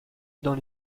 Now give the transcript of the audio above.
dans